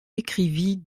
écrivit